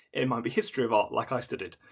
it might be history of art like i studied.